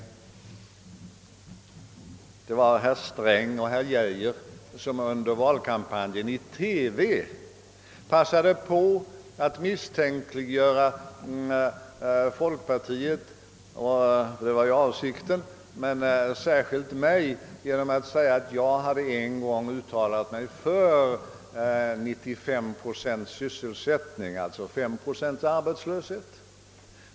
Under valkampanjen passade herr Sträng och herr Geijer på att i TV vid två tillfällen misstänkliggöra folkpartiet — det var ju avsikten — och i synnerhet mig genom att säga att jag en gång för en del år sedan uttalat mig för 95 procents sysselsättning, d.v.s. 5 procents arbetslöshet.